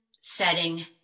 setting